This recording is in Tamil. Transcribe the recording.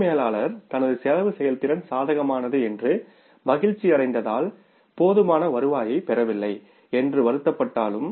பொது மேலாளர் தனது செலவு செயல்திறன் சாதகமானது என்று மகிழ்ச்சியடைந்ததால் போதுமான வருவாயைப் பெறவில்லை என்று வருத்தப்பட்டாலும்